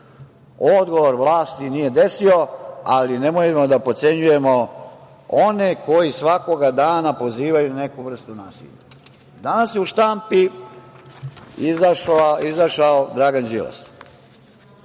odgovor vlasti nije desio, ali nemojmo da potcenjujemo one koji svakoga dana pozivaju na neku vrstu nasilja. Danas je u štampi izašao Dragan Đilas,